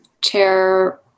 Chair